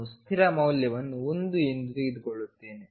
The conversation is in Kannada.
ನಾನು ಸ್ಥಿರ ಮೌಲ್ಯವನ್ನು 1 ಎಂದು ತೆಗೆದು ತೆಗೆದುಕೊಳ್ಳುತ್ತೇನೆ